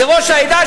זה ראש העדה,